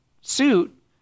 suit